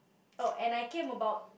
oh and I came about